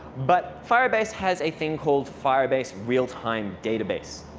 but firebase has a thing called firebase realtime database.